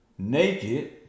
naked